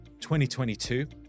2022